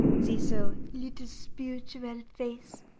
ze so little spirituelle face.